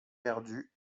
perdue